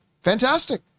fantastic